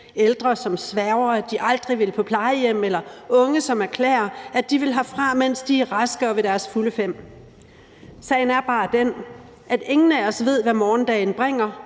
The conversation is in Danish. ældre, som sværger, at de aldrig vil på plejehjem, eller unge, som erklærer, at de vil herfra, mens de er raske og ved deres fulde fem. Sagen er bare den, at ingen af os ved, hvad morgendagen bringer,